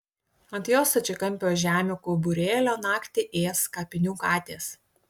ant jos stačiakampio žemių kauburėlio naktį ės kapinių katės